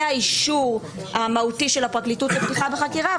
האישור המהותי של הפרקליטות לפתיחה בחקירה,